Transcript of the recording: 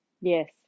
Yes